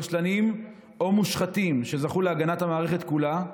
רשלנים או מושחתים שזכו להגנת המערכת כולה,